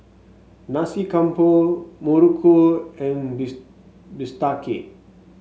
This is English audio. Nasi Campur muruku and bistake